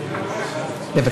לוי,